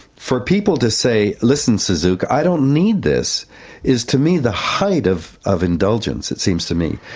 for people to say, listen, suzuki, i don't need this is to me the height of of indulgence it seems to me.